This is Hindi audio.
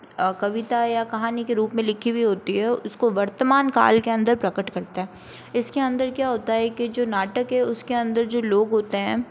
और कविता या कहानी के रूप में लिखी हुई होती है उसको वर्तमान काल के अंदर प्रकट करता है इसके अंदर क्या होता है कि जो नाटक है उसके अंदर जो लोग होते हैं